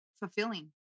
fulfilling